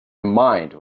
mind